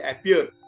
appear